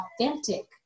authentic